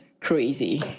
crazy